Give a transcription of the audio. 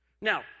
Now